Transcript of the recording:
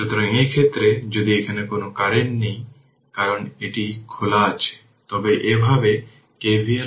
সুতরাং t 0 এর জন্য 203 অ্যাম্পিয়ার হল ইনিশিয়াল কন্ডিশন